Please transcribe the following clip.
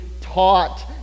taught